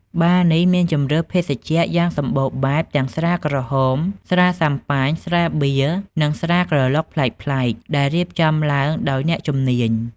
បារនេះមានជម្រើសភេសជ្ជៈយ៉ាងសម្បូរបែប ទាំងស្រាក្រហម ស្រាស៊ាំប៉ាញ ស្រាបៀរ និងស្រាក្រឡុកប្លែកៗ ដែលរៀបចំឡើងដោយអ្នកជំនាញ។